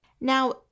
Now